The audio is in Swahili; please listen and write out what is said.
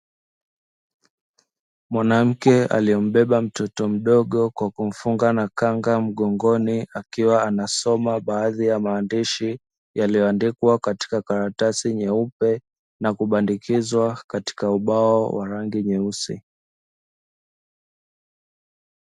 Mwanamke aliyemubeba mtoto mdogo kwa kumfunga na kanga mgongoni, akiwa anasoma baadhi ya maandishi yaliyoandikwa katika karatasi nyeupe na kubandikizwa katika ubao wa rangi nyeusi.